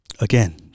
again